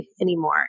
anymore